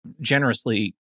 generously